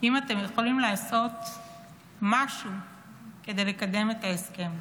אם אתם יכולים לעשות משהו כדי לקדם את ההסכם.